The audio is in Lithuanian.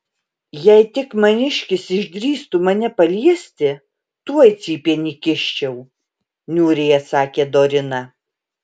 jei tik maniškis išdrįstų mane paliesti tuoj cypėn įkiščiau niūriai atsakė dorina